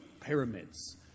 pyramids